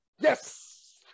Yes